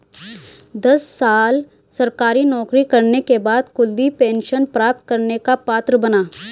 दस साल सरकारी नौकरी करने के बाद कुलदीप पेंशन प्राप्त करने का पात्र बना